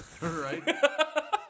Right